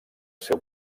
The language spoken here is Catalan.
seu